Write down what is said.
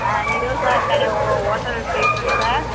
ஆ நிரோஷா கடை ஓ ஹோட்டல் பேசுகிறேங்க சார்